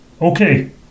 Okay